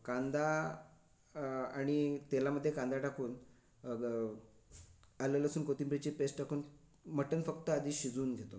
कांदा आणि तेलामध्ये कांदा टाकून मग आलं लसूण कोथिंबीरची पेस्ट टाकून मटण फक्त आधी शिजून घेतो